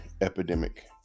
epidemic